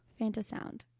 Fantasound